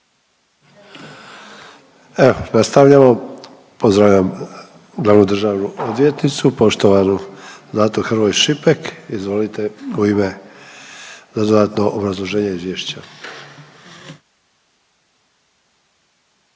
Evo nastavljamo. Pozdravljam glavnu državnu odvjetnicu poštovanu Zlatu Hrvoj Šipek, izvolite u ime, za dodatno